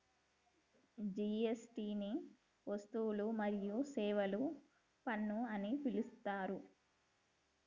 GST ని వస్తువులు మరియు సేవల పన్ను అని పిలుత్తారు